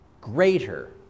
greater